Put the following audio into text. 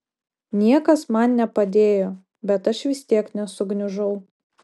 niekas man nepadėjo bet aš vis tiek nesugniužau